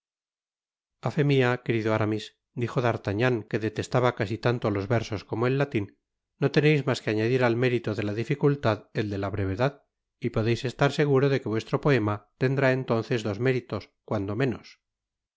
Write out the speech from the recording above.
fé mia querido aramis dijo d'artagnan que detestaba casi tanto los versos como el latín no teneis mas que añadir al mérito de la dificultad el de la brevedad y podeis estar seguro de que vuestro poema tendrá entonces dos méritos cuando menos